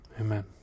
Amen